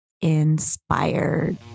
inspired